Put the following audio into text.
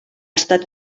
estat